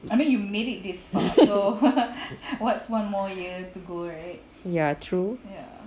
ya true